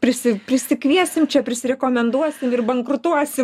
prisi prisikviesim čia prisirekomenduosim ir bankrutuosi